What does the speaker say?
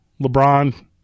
LeBron